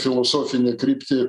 filosofinę kryptį